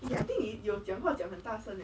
I think you 讲话讲很大声